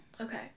okay